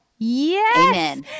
Yes